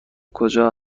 کجا